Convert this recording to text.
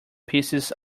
pieces